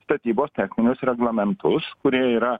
statybos techninius reglamentus kurie yra